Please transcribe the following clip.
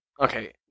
Okay